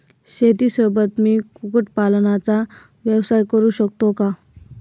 शेतीसोबत मी कुक्कुटपालनाचा व्यवसाय करु शकतो का?